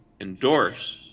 endorse